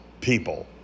people